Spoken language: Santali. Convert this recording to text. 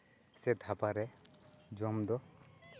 ᱥᱮ ᱫᱷᱟᱵᱟ ᱨᱮ ᱡᱚᱢ ᱫᱚ